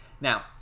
now